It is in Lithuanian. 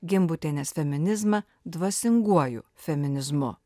gimbutienės feminizmą dvasinguoju feminizmu